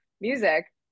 music